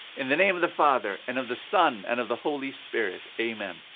in the name of the father, and of the son, and of the holy spirit. amen.